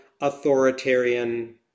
authoritarian